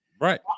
Right